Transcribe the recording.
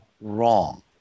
wrong